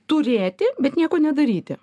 turėti bet nieko nedaryti